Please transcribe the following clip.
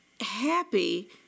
happy